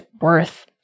worth